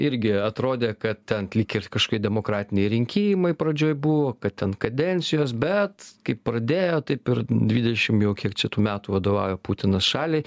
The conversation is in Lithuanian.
irgi atrodė kad ten lyg ir kažkokie demokratiniai rinkimai pradžioj buvo kad ten kadencijos bet kaip pradėjo taip ir dvidešim jau kiek čia tų metų vadovauja putinas šaliai